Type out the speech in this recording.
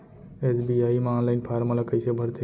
SBI म online form ल कइसे भरथे?